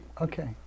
Okay